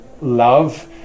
love